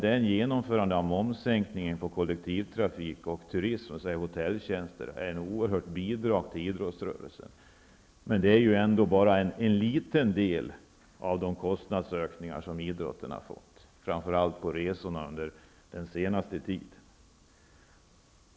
Den genomförda momssänkningen på kollektivtrafik, turism och hotelltjänster är ett oerhört bra bidrag till idrottsrörelsen. Men det rör ändå bara en liten del av de kostnadsökningar som idrottsrörelsen fått känna av framför allt för resorna under den senaste tiden.